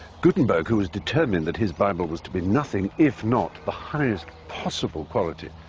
gutenberg, who was determined that his bible was to be nothing if not the highest possible quality,